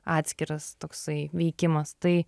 atskiras toksai veikimas tai